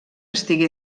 estigué